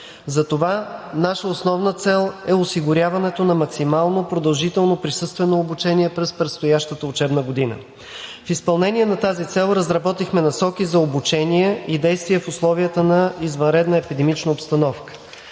Затова наша основна цел е осигуряването на максимално продължително присъствено обучение през предстоящата учебна година. В изпълнение на тази цел разработихме насоки за обучение и действие в условията на извънредна епидемична обстановка.